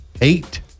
eight